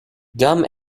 gum